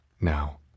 Now